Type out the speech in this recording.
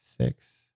six